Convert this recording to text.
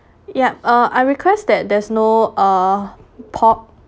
yup uh I request that there's no uh pork